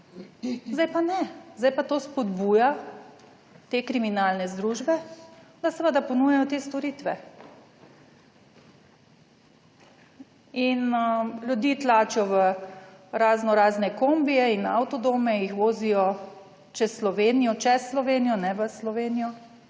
Zdaj pa ne, zdaj pa to spodbuja te kriminalne združbe, da seveda ponujajo te storitve in ljudi tlačijo v razno razne kombije in avtodome, jih vozijo čez Slovenijo, čez Slovenijo ne v Slovenijo,